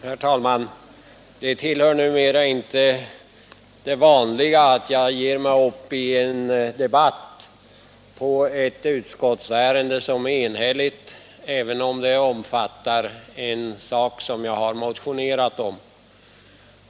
Herr talman! Det tillhör numera inte det vanliga att jag ger mig upp i en debatt som rör ett enhälligt betänkande, även om det omfattar en sak som jag har motionerat om.